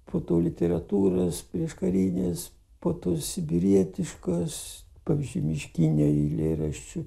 po to literatūros prieškarinės po to sibirietiškos pavyzdžiui miškinio eilėraščių